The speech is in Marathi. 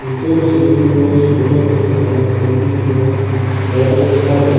इतर श्रेणीवर सवलत असताना कँडीजवर सवलत का नाही